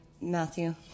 Matthew